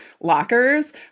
lockers